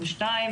שנית,